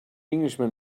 englishman